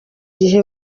gihe